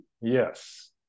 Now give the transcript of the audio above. yes